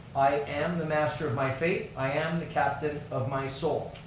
i am the master of my fate, i am the captain of my soul.